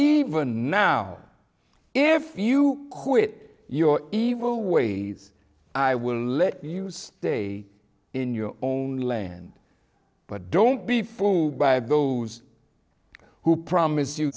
even now if you quit your evil ways i will let you stay in your own land but don't be food by a go who promise you